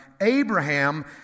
Abraham